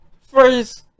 first